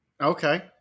Okay